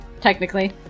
technically